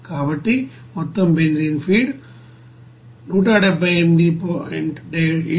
కాబట్టి మొత్తం benzene feed మొత్తం 178